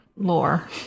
lore